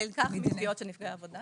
נלקח מתביעות של נפגעי עבודה